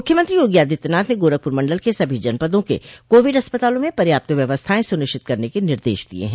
मुख्यमंत्री योगी आदित्यनाथ ने गोरखपुर मंडल के सभी जनपदों के कोविड अस्पतालों में पर्याप्त व्यवस्थाएं सुनिश्चित करने के निर्देश दिए हैं